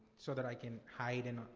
so that i can hide and